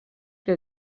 que